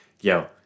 yo